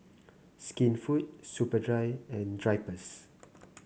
Skinfood Superdry and Drypers